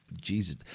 Jesus